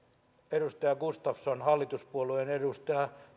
edustaja gustafsson hallituspuolueen edustaja